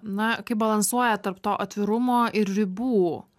na kaip balansuojat tarp to atvirumo ir ribų